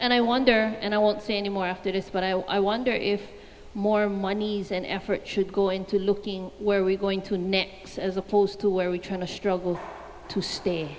and i wonder and i won't say any more after this but i wonder if more monies and effort should go into looking where we're going to net as opposed to where we try to struggle to s